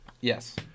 Yes